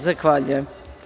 Zahvaljujem.